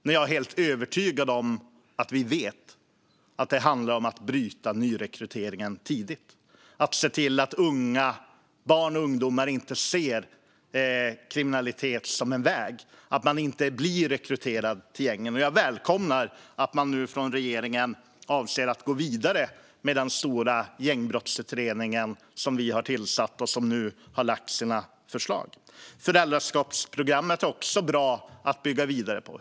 Men jag är helt övertygad om att vi vet att det handlar om att bryta nyrekryteringen tidigt - att se till att barn och ungdomar inte ser kriminalitet som en väg och att de inte blir rekryterade av gängen. Jag välkomnar att man nu från regeringens sida avser att gå vidare med den stora gängbrottsutredning som vi har tillsatt och som nu har lagt fram sina förslag. Föräldraskapsprogrammet är också bra.